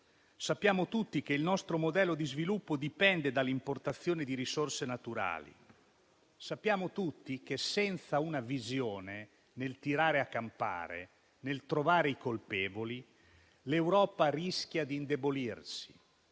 Sappiamo tutti che il nostro modello di sviluppo dipende dall'importazione di risorse naturali. Sappiamo tutti che senza una visione, nel tirare a campare, nel trovare i colpevoli, l'Europa rischia di indebolirsi.